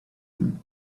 him